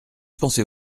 pensez